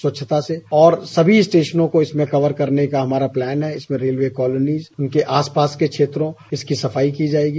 स्वच्छता से और सभी स्टेशनों को इसमें कवर करने का हमारा प्लान है इसमें रेलवे कालोनीज उनके आस पास के क्षेत्रों इसकी सफाई की जायेगी